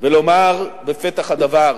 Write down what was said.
ולומר בפתח הדבר: